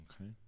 okay